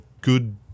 good